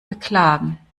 beklagen